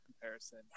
comparison